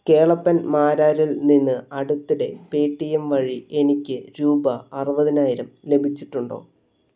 കേളപ്പൻ മാരാരിൽ നിന്ന് അടുത്തിടെ പേടിഎം വഴി എനിക്ക് രൂപ അറുപതിനായിരം ലഭിച്ചിട്ടുണ്ടോ